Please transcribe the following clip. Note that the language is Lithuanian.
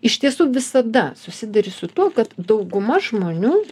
iš tiesų visada susiduri su tuo kad dauguma žmonių